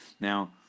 Now